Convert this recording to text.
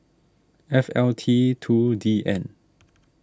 F L T two D N